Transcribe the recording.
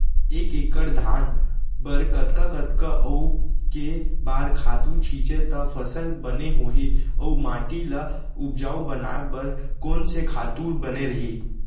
एक एक्कड़ धान बर कतका कतका अऊ के बार खातू छिंचे त फसल बने होही अऊ माटी ल उपजाऊ बनाए बर कोन से खातू बने रही?